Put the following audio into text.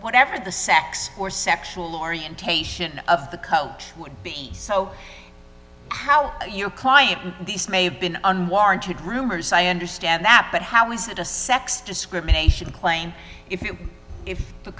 whatever the sex or sexual orientation of the coach would be so how your client these may have been unwarranted rumors i understand that but how is that a sex discrimination claim if you if the